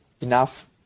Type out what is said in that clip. enough